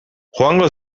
joango